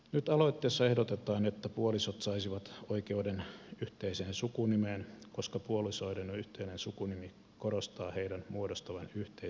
nyt aloitteessa ehdotetaan että puolisot saisivat oikeuden yhteiseen sukunimeen koska puolisoiden yhteinen sukunimi korostaa heidän muodostavan yhteisen perheen